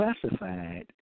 Classified